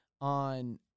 on